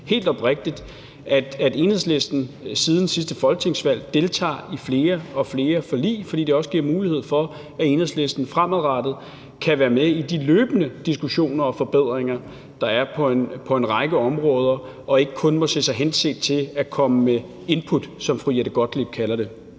helt oprigtigt, at Enhedslisten siden sidste folketingsvalg deltager i flere og flere forlig, altså fordi det også giver mulighed for, at Enhedslisten fremadrettet kan være med i de løbende diskussioner og forbedringer, der sker på en række områder, og ikke kun må se sig hensat til at komme med input, som fru Jette Gottlieb kalder det.